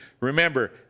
Remember